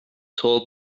told